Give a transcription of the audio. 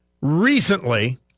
recently